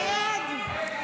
הסתייגות 956 לא התקבלה.